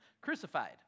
crucified